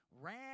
ran